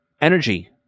energy